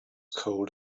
cold